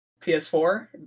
PS4